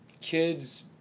kids